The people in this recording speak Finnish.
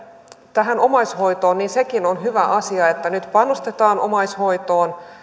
tähän omaishoitoon niin sekin on hyvä asia että nyt panostetaan omaishoitoon